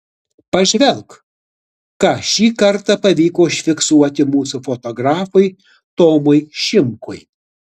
pažvelk ką šį kartą pavyko užfiksuoti mūsų fotografui tomui šimkui